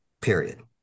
period